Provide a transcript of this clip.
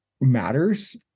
matters